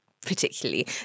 particularly